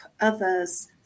others